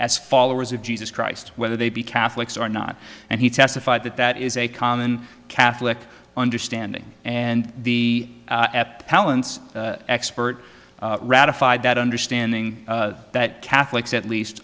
as followers of jesus christ whether they be catholics are not and he testified that that is a common catholic understanding and the palance expert ratified that understanding that catholics at least